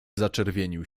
zaczerwienił